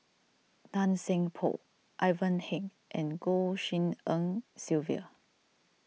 Tan Seng Poh Ivan Heng and Goh Tshin En Sylvia